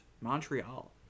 Montreal